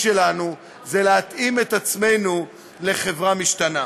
אדם שלא נותן את הלחי השנייה,